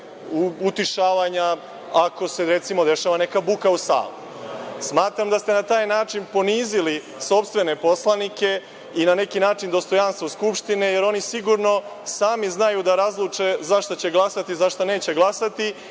utišavanja ako se, recimo, dešava neka buka u sali. Smatram da ste na taj način ponizili sopstvene poslanike i na neki način dostojanstvo Skupštine jer oni sigurno sami znaju da razluče za šta će glasati, za šta neće glasati